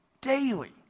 Daily